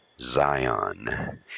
Zion